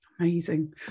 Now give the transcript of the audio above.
Amazing